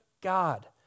God